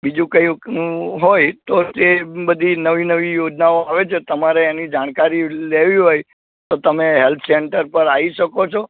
બીજું કઈ હોય તો તે બધી નવી નવી યોજનાઓ આવે છે તમારે એની જાણકારી લેવી હોય તો તમે હેલ્પસેન્ટર પર આય શકો છો